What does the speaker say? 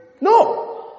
No